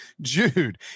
Jude